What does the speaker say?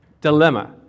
dilemma